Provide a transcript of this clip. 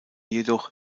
jedoch